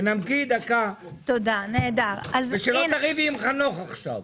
ואל תריבי עכשיו עם חנוך.